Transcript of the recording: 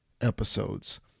episodes